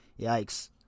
Yikes